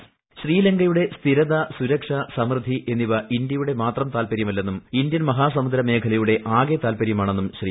voice ശ്രീലങ്കയുടെ സ്ഥിരത സുരക്ഷ സമൃദ്ധി എന്നിവ ഇന്ത്യയുടെ മാത്രം താത്പര്യമല്ലെന്നും ഇന്ത്യൻ മഹാസമുദ്ര മേഖലയുടെ ആകെ താത്പര്യമാണെന്നും ശ്രീ